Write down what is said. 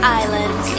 island